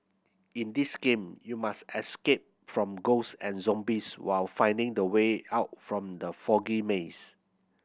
in this game you must escape from ghost and zombies while finding the way out from the foggy maze